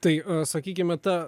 tai sakykime ta